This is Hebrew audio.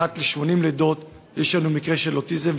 אחת ל-80 לידות יש לנו מקרה של אוטיזם,